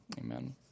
Amen